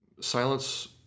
silence